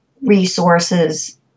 resources